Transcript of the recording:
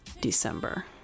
December